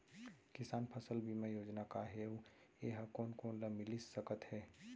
किसान फसल बीमा योजना का हे अऊ ए हा कोन कोन ला मिलिस सकत हे?